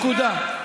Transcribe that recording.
נקודה.